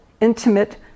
intimate